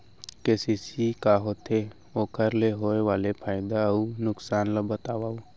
KCC का होथे, ओखर ले होय वाले फायदा अऊ नुकसान ला बतावव?